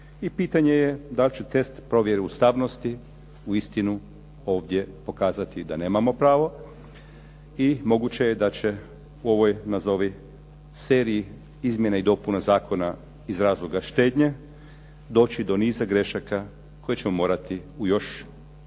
i pitanje je da li će test provjere ustavnosti uistinu ovdje pokazati da nemamo pravo i moguće je da će u ovoj nazovi seriji izmjena i dopuna zakona iz razloga štednje doći do niza grešaka koje ćemo morati u još